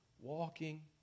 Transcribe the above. walking